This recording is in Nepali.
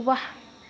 वाह